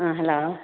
ꯑꯥ hello